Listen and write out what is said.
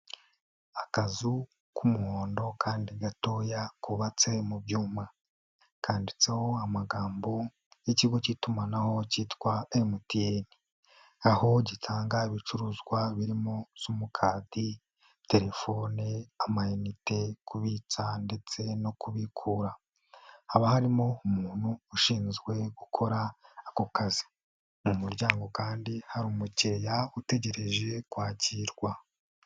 Akazu k'umuhondo kandi gatoya kubabatse mu byuma. Kanditseho amagambo y'ikigo k'itumanaho kitwa MTN. Aho gitanga ibicuruzwa birimo sumukadi, telefone, amanite, kubitsa ndetse no kubikura. Haba harimo umuntu ushinzwe gukora ako kazi, mu muryango kandi hari umukiriya utegereje kwakirwa.